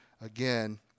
Again